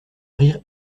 rire